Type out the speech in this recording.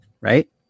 right